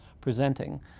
presenting